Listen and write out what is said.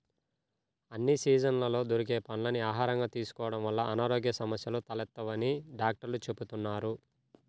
అన్ని సీజన్లలో దొరికే పండ్లని ఆహారంగా తీసుకోడం వల్ల అనారోగ్య సమస్యలు తలెత్తవని డాక్టర్లు చెబుతున్నారు